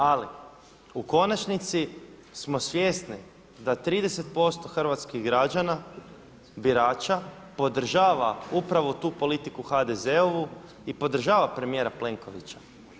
Ali u konačnici smo svjesni da 30% hrvatskih građana, birača podržava upravo tu politiku HDZ-ovu i podržava premijera Plenkovića.